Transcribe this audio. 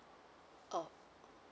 oh